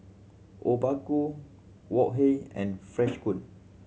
Obaku Wok Hey and Freshkon